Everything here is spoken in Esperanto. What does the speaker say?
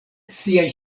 siaj